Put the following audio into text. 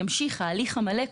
ימשיך ההליך המלא,